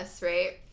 right